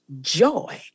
Joy